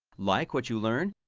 like what you learn?